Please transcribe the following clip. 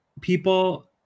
people